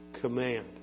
command